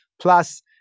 plus